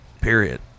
period